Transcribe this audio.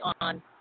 on